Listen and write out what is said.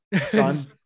son